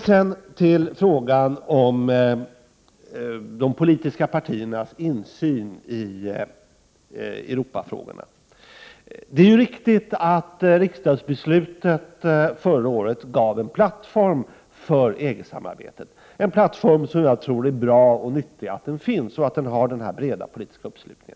Sedan till frågan om de politiska partiernas insyn i Europafrågorna. Det är riktigt att riksdagsbeslutet förra året gav en plattform för EG-samarbeteten plattform som jag tror är bra och nyttig, som har den breda politiska uppslutningen.